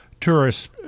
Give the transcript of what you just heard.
tourists